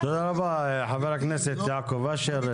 --- תודה רבה חבר הכנסת יעקב אשר.